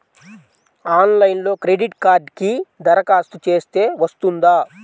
ఆన్లైన్లో క్రెడిట్ కార్డ్కి దరఖాస్తు చేస్తే వస్తుందా?